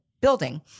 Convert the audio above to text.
Building